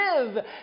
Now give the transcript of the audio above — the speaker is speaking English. live